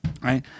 right